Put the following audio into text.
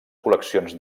col·leccions